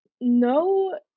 No